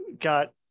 got